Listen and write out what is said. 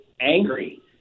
angry